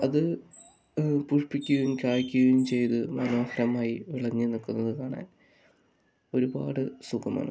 അത് പുഷ്പിക്കുകയും കായ്ക്കുകയും ചെയ്തു മനോഹരമായി വിളഞ്ഞു നിൽക്കുന്നത് കാണാൻ ഒരുപാട് സുഖമാണ്